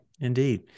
indeed